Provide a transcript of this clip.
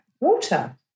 Water